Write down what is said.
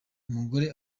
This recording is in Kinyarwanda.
umugore